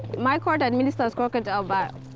my court administers crocodile bile.